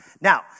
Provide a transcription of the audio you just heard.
Now